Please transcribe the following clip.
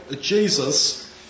Jesus